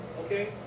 Okay